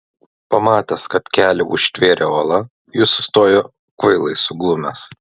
pamatęs kad kelią užtvėrė uola jis sustojo kvailai suglumęs